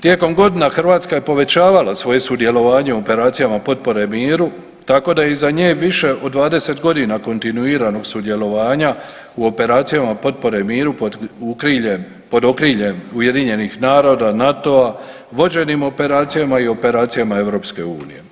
Tijekom godina Hrvatska je povećavala svoje sudjelovanje u operacijama potpore miru, tako da je iza nje više od 20 godina kontinuiranog sudjelovanja u operacijama potpore miru pod okriljem UN-a, NATO-a, vođenim operacijama i operacijama EU.